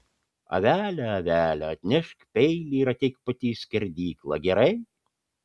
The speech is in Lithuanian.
avele avele atnešk peilį ir ateik pati į skerdyklą gerai